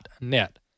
.net